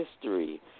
history